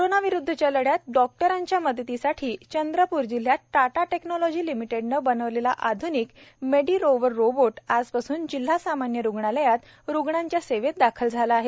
corona विरुद्वच्या लढ्यात डॉक्टरांच्या मदतीसाठी चंद्रपूर जिल्ह्यात टाटा टेक्नॉलॉजी लिमिटेडने बनवलेला आध्निक मेडी रोवर रोबोट आज पासून जिल्हा सामान्य रुग्णालयात रुग्णांच्या सेवेत दाखल झाला आहे